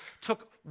took